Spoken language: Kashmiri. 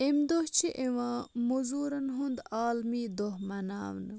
اَمہِ دۄہ چھُ یِوان موٚضوٗرَن ہُنٛد عالمی دۄہ مَناونہٕ